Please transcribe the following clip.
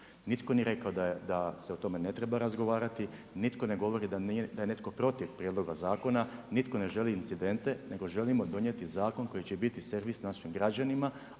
Nitko nije rekao da se o tome ne treba razgovarati, nitko ne govori da je netko protiv prijedloga zakona, nitko ne želi incidente, nego želimo donijeti zakon koji će biti servis našim građanima,